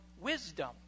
wisdom